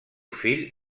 fill